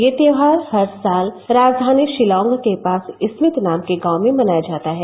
यह त्यौहार हर साल राजधानी शिलांग के पास स्मित नाम के गांव में मनाया जाता है